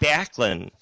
Backlund